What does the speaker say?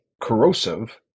corrosive